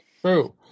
True